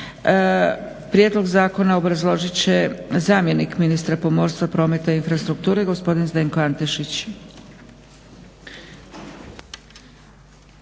Prijedlog zakona obrazložit će zamjenik ministra pomorstva, prometa i infrastrukture gospodin Zdenko Antešić.